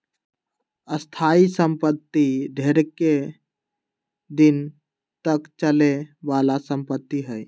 स्थाइ सम्पति ढेरेक दिन तक चले बला संपत्ति हइ